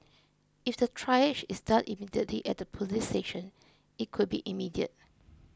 if the triage is done immediately at the police station it could be immediate